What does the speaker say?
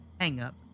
hang-up